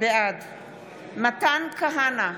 בעד מתן כהנא,